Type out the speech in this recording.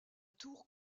tour